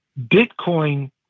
Bitcoin